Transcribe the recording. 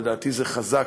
לדעתי זה חזק,